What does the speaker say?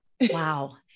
wow